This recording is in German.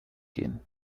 gehen